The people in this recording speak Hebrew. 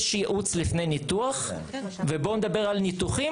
יש יעוץ לפני ניתוח ובואו נדבר על ניתוחים,